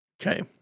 Okay